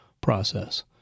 process